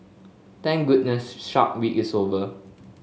thank goodness Shark Week is over